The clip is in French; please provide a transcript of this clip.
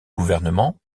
gouvernement